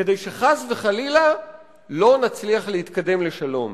כדי שחס וחלילה לא נצליח להתקדם לשלום.